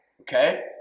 Okay